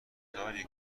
داری